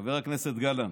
חבר הכנסת גלנט,